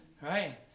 right